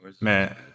Man